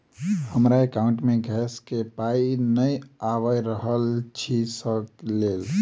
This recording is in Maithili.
हमरा एकाउंट मे गैस केँ पाई नै आबि रहल छी सँ लेल?